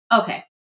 Okay